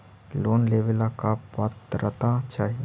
Loan लेवेला का पात्रता चाही?